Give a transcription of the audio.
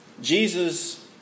Jesus